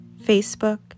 Facebook